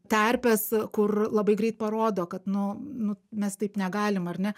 terpės kur labai greit parodo kad nu nu mes taip negalim ar ne